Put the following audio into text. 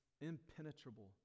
impenetrable